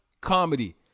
comedy